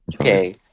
Okay